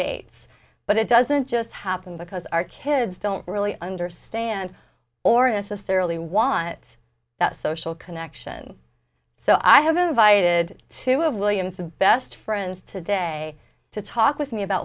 dates but it doesn't just happen because our kids don't really understand or it's a surly wants that social connection so i have invited two of william's the best friends today to talk with me about